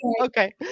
okay